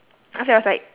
after that I was like